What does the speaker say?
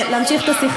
יש לנו השר,